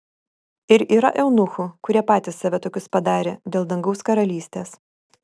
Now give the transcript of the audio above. ir yra eunuchų kurie patys save tokius padarė dėl dangaus karalystės